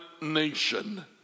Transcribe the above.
nation